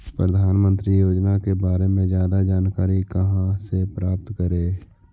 प्रधानमंत्री योजना के बारे में जादा जानकारी कहा से प्राप्त करे?